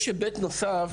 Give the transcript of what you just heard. יש היבט נוסף,